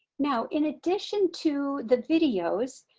now in addition to the videos,